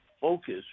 focus